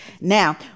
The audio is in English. Now